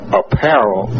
apparel